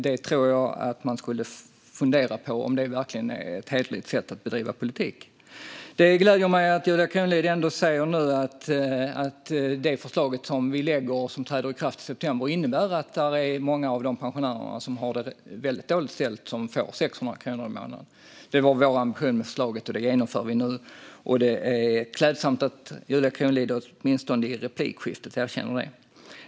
Jag tycker att man ska fundera över om det verkligen är ett hederligt sätt att bedriva politik. Det gläder mig att Julia Kronlid nu ändå säger att det förslag som vi har lagt fram och som träder i kraft i september innebär att många av de pensionärer som har det dåligt ställt får 600 kronor i månaden. Det var vår ambition med förslaget, och det genomför vi nu. Det är klädsamt att Julia Kronlid åtminstone i replikskiftet erkänner det.